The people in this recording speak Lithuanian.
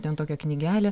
ten tokią knygelę